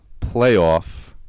playoff